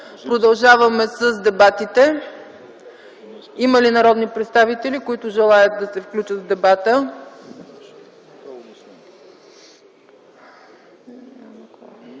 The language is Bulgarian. Продължаваме с дебатите. Има ли народни представители, които желаят да се включат в дебата?